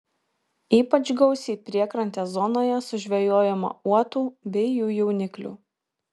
ypač gausiai priekrantės zonoje sužvejojama uotų bei jų jauniklių